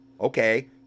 Okay